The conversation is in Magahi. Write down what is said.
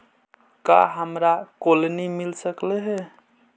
का हमरा कोलनी मिल सकले हे?